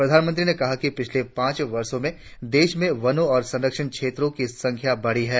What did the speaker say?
प्रधानमंत्री ने कहा कि पिछले पांच वर्ष में देश में वनों और संरक्षित क्षेत्रों की संख्या बढ़ी है